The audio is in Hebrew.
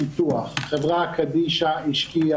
יוליה מלינובסקי (יו"ר ועדת מיזמי תשתית